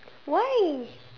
why